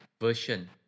version